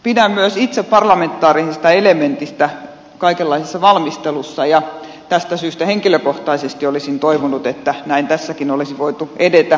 pidän myös itse parlamentaarisista elementeistä kaikenlaisissa valmisteluissa ja tästä syystä henkilökohtaisesti olisin toivonut että näin tässäkin olisi voitu edetä